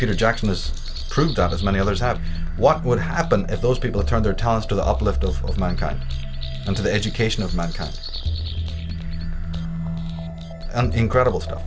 has proved out as many others have what would have been if those people turned their talents to the uplift of mankind and to the education of mankind an incredible stuff